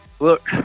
Look